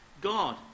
God